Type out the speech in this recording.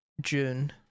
June